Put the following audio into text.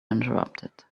interrupted